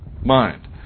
mind